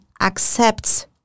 accepts